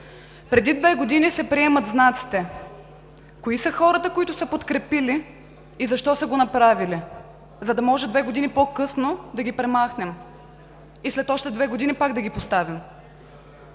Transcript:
Преди две години се приемат знаците. Кои са хората, които са подкрепили и защо са го направили? За да може две години по-късно да ги премахнем и след още две години пак да ги поставим.